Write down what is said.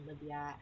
Libya